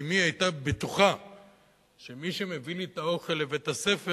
אמי היתה בטוחה שמי שמביא לי את האוכל לבית-הספר